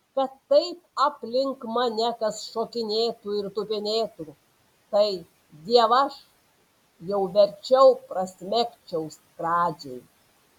kad taip aplink mane kas šokinėtų ir tupinėtų tai dievaž jau verčiau prasmegčiau skradžiai